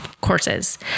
courses